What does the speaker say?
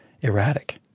erratic